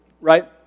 right